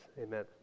Amen